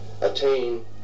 attain